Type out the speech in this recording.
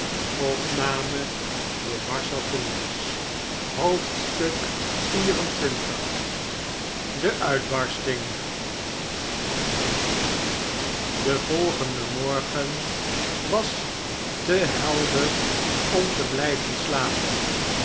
xxiv de uitbarsting de volgende morgen was te helder om te blijven slapen